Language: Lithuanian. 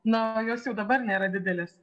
na o jos jau dabar nėra didelės